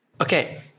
Okay